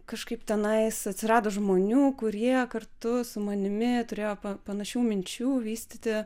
kažkaip tenais atsirado žmonių kurie kartu su manimi turėjo panašių minčių vystyti